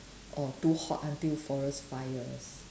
or too hot until forest fires